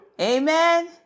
Amen